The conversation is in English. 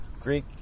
Greek